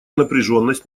напряженность